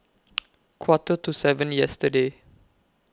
Quarter to seven yesterday